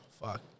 Fuck